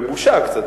בבושה קצת,